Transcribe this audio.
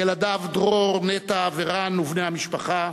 ילדיו דרור, נטע ורן ובני המשפחה,